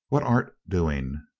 what art doing?